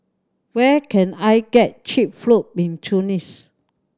where can I get cheap fruit in Tunis